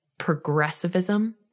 progressivism